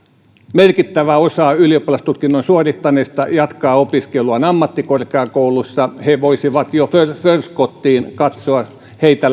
merkittävä osa ylioppilastutkinnon suorittaneista jatkaa opiskeluaan ammattikorkeakoulussa he voisivat jo förskottiin katsoa heitä